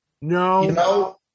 No